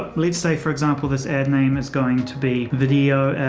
but let's say, for example, this ad name is going to be video.